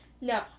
No